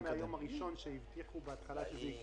אנחנו נמצאים כרגע באפריל ואנחנו עדיין מתמודדים עם המצב הזה,